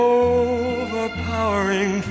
overpowering